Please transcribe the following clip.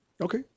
okay